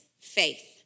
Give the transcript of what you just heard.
faith